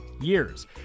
years